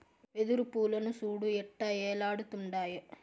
వెదురు పూలను సూడు ఎట్టా ఏలాడుతుండాయో